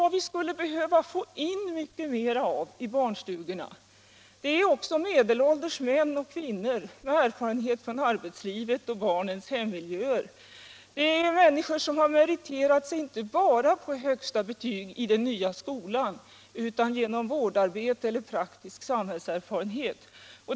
Vad vi skulle behöva få in mycket mera av i barnstugorna är medelålders män och kvinnor med erfarenhet från arbetslivet och barnens hemmiljöer, människor som har meriterat sig inte bara med högsta betyg i den nya skolan utan genom vårdarbete eller praktisk samhällserfarenhet.